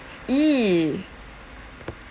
!ee!